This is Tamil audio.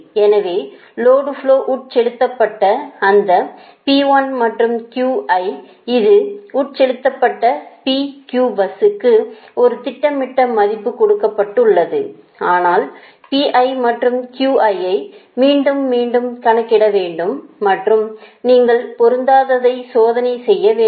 எனவே லோடு ஃப்லோ உட்செலுத்தப்பட்ட அந்த மற்றும் அது உட்செலுத்தப்பட்ட P Q பஸ்க்கு ஒரு திட்டமிட்ட மதிப்பு கொடுக்கப்பட்டுள்ளது ஆனால் மற்றும் ஐ மீண்டும் மீண்டும் கணக்கிட வேண்டும் மற்றும் நீங்கள் பொருந்தாதை சோதனை செய்ய வேண்டும்